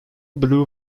blue